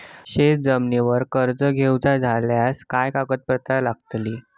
शेत जमिनीवर कर्ज घेऊचा झाल्यास काय कागदपत्र लागतली?